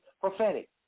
prophetic